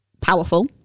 powerful